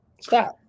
Stop